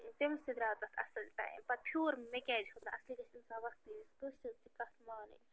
تٔمِس تہِ درٛاو تتھ اصٕل ٹایِم پتہٕ پھیوٗر مےٚ کیٛازِ نہٕ ہیوٚت نہٕ اصلی گَژھِ اِنسان وقتہٕ وِزِ کٲنٛسہِ ہِنٛز تہِ کتھ مانٕنۍ